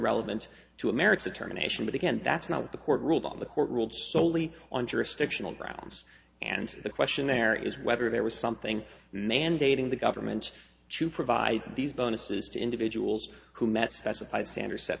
relevant to america's attorney nation but again that's not what the court ruled on the court ruled solely on jurisdictional grounds and the question there is whether there was something mandating the government to provide these bonuses to individuals who met specified standards set